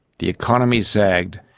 the economy sagged,